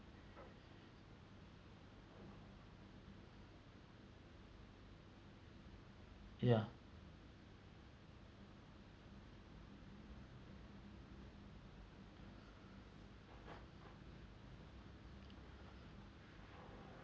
ya